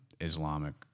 Islamic